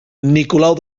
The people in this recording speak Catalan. nicolau